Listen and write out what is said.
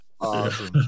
Awesome